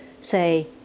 say